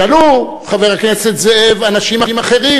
ישאלו, חבר הכנסת זאב, אנשים אחרים,